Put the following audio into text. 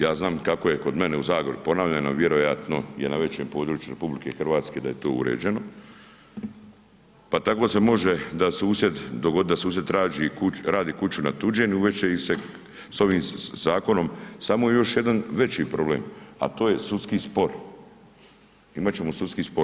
Ja znam kako je kod mene u Zagori, ponavljam, a vjerojatno je na većem području RH da je to uređeno, pa tako se može da susjed, dogodit da susjed radi kuću na tuđem i uvest će im se sa ovim zakonom samo još jedan veći problem, a to je sudski spor, imat ćemo sudski spor.